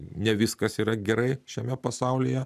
ne viskas yra gerai šiame pasaulyje